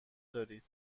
دارید